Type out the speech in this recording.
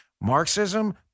Marxism